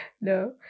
no